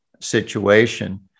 situation